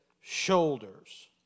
shoulders